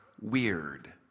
weird